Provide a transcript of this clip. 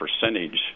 percentage